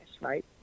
right